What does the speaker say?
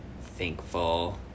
thankful